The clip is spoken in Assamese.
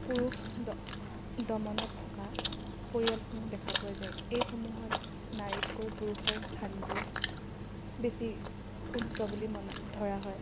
পুৰুষ দ দমনত থকা পৰিয়ালসমূহ দেখা পোৱা যায় এইসমূহত নাৰীতকৈ পুৰুষৰ স্থানবোৰ বেছি উচ্চ বুলি মনা ধৰা হয়